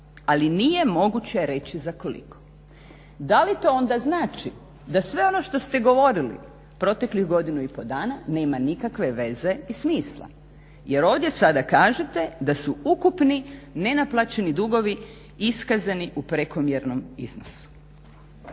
ali nije moguće reći za koliko. Da li to onda znači da sve ono što ste govorili proteklih godinu i pol dana nema nikakve veze i smisla, jer ovdje sada kažete da su ukupni nenaplaćeni dugovi iskazani u prekomjernom iznosu.